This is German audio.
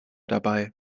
dabei